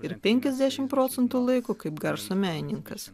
ir penkiasdešimt procentų laiko kaip garso menininkas